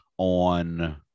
On